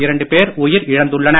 இரண்டு பேர் உயிரிழந்துள்ளனர்